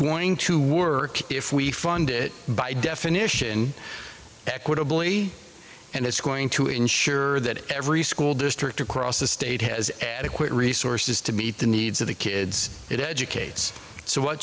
going to work if we fund it by definition equitably and it's going to ensure that every school district across the state has adequate resources to meet the needs of the kids it educates so what